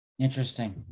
Interesting